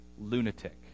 lunatic